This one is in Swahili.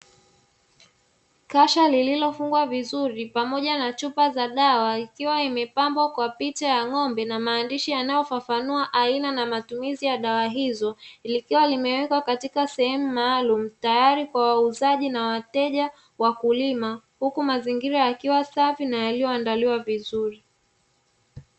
Kasha lililofungwa vizuri, pamoja na chupa za dawa ikiwa imepambwa kwa picha ya ng'ombe na maandishi yanayofafanua aina na matumizi ya dawa hizo, likiwa limewekwa katika sehemu maalumu, tayari kwa wauzaji na wateja wakulima, huku mazingira yakiwa safi na yaliyoandaliwa vizuri.